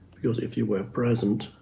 because if you were present,